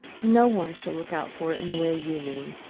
no one shall look out for it in the way you mean.